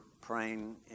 praying